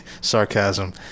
Sarcasm